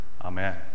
amen